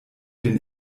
den